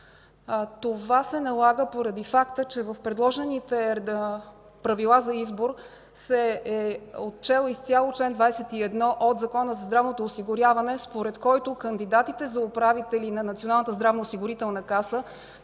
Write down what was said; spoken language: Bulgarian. Това се налага поради факта, че в предложените Правила за избор е отчетен изцяло чл. 21 от Закона за здравното осигуряване, според който кандидатите за управители на